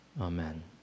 Amen